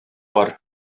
бар